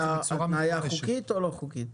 התניה חוקית או לא חוקית?